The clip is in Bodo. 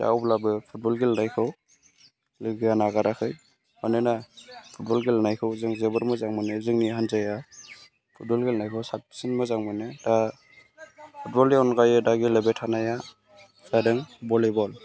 दा अब्लाबो फुटबल गेलेनायखौ लोगोआ नागाराखै मानोना फुटबल गेलेनायखौ जों जोबोद मोजां मोनो जोंनि हान्जाया फुटबल गेलेनायखौ साबसिन मोजां मोनो दा फुटबलनि अनगायै दा गेलेबाय थानाया जादों भलिबल